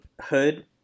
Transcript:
hood